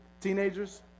teenagers